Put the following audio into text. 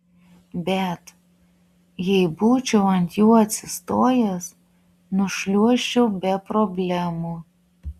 bet jei būčiau ant jų atsistojęs nušliuožčiau be problemų